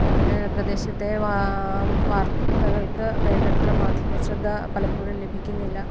ഞങ്ങളുടെ പ്രദേശത്തെ വാർത്തകൾക്ക് വേണ്ടത്ര മാധ്യമ ശ്രദ്ധ പലപ്പോഴും ലഭിക്കുന്നില്ല